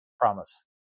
promise